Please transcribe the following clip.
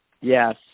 Yes